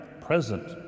present